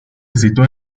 sitúa